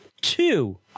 Two